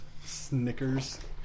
Snickers